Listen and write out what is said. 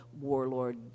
warlord